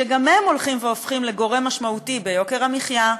שגם הם הולכים והופכים לגורם משמעותי ביוקר המחיה,